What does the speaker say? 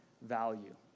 value